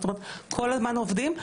כל הזמן עובדים.